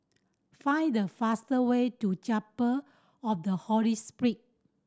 find the fast way to Chapel of the Holy Spirit